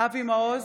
אבי מעוז,